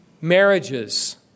Marriages